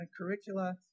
curricula